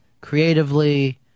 creatively